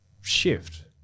shift